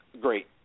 great